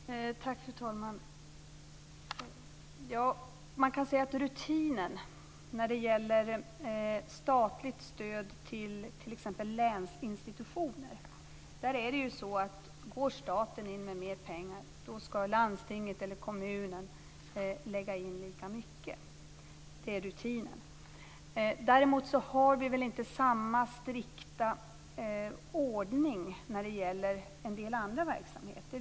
Fru talman! Man kan säga att rutinen för statligt stöd till t.ex. länsinstitutioner är att om staten går in med mer pengar då ska landstinget eller kommunen satsa lika mycket. Så är rutinen. Däremot har vi inte samma strikta ordning för en del andra verksamheter.